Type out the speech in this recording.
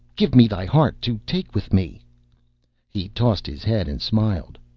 give me thy heart to take with me he tossed his head and smiled.